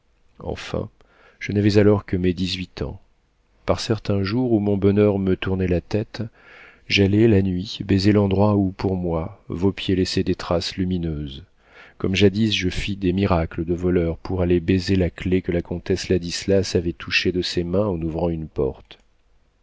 enfin je n'avais alors que mes dix-huit ans par certains jours où mon bonheur me tournait la tête j'allais la nuit baiser l'endroit où pour moi vos pieds laissaient des traces lumineuses comme jadis je fis des miracles de voleur pour aller baiser la clef que la comtesse ladislas avait touchée de ses mains en ouvrant une porte